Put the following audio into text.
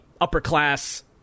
upper-class